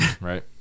right